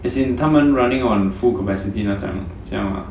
as in 他们 running on full capacity 那种这样 lah